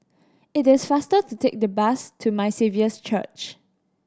it is faster to take the bus to My Saviour's Church